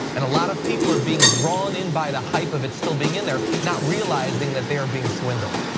and a lot of people are being drawn in by the hype of it still being in there or not realizing that they are being swindled.